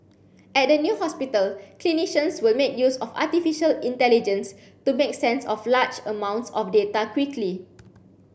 at the new hospital clinicians will make use of artificial intelligence to make sense of large amounts of data quickly